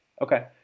okay